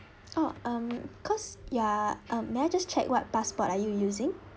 oh um because you are um may I just check what passport are you using